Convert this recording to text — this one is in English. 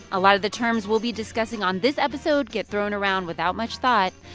a lot of the terms we'll be discussing on this episode get thrown around without much thought.